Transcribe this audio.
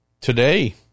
today